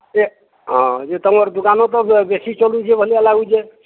ଇଏ ହଁ ଯେ ତୁମର ଦୋକାନ ତ ଯେ ଭଳିଆ ଲାଗୁଛି